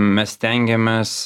mes stengiamės